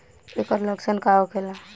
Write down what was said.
ऐकर लक्षण का होखेला?